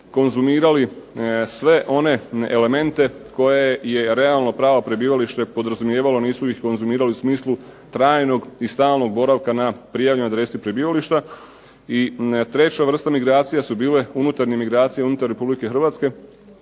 konzumirali sve one elemente koje je realno pravo prebivalište podrazumijevalo, nisu ih konzumirali u smislu trajnog i stalnog boravka na prijavljenoj adresi prebivališta. I treća vrsta emigracija su bile unutarnje emigracije unutar Republike Hrvatske